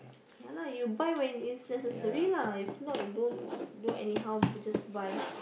ya lah you buy when is there's necessary lah if not don't don't anyhow you just buy